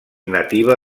nativa